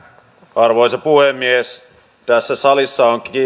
arvoisa puhemies tässä salissa on